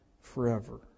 forever